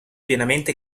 pienamente